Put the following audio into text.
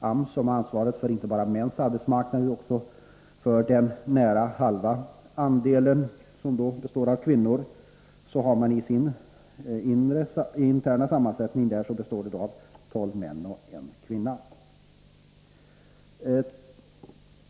AMS, som har ansvaret inte bara för mäns arbetsmarknad utan också för den nära halva andel som består av kvinnor, har en sammansättning av tolv män och en kvinna.